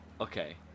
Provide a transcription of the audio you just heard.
Okay